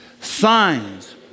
Signs